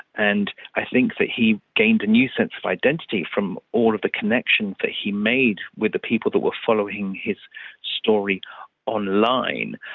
and i think that he gained a new sense of identity from all of the connections that he made with the people that were following his story online.